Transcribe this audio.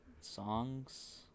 songs